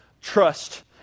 trust